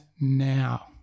now